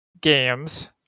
games